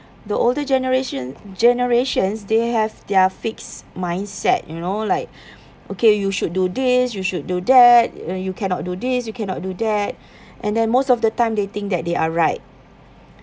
the older generation generations they have their fixed mindset you know like okay you should do this you should do that you cannot do this you cannot do that and then most of the time they think that they are right